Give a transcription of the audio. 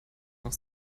noch